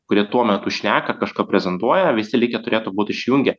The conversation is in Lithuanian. kurie tuo metu šneka kažką prezentuoja visi likę turėtų būt išjungę